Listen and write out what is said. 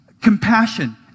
compassion